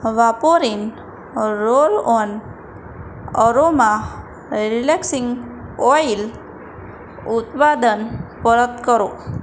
Vaporin roll on aroma relaxing oil ઉત્પાદન પરત કરો